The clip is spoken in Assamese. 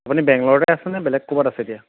আপুনি বেংগালুৰুতে আছে নে বেলেগ ক'ৰবাত আছেগৈ